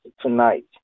tonight